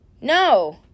no